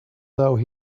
though